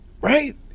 right